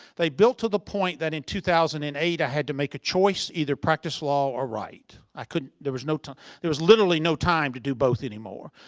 they built to the point that in two thousand and eight i had to make a choice either practice law or write. i couldn't there was no time. there was literally no time to do both anymore.